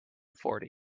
fourty